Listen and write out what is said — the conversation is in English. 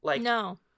No